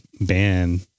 ban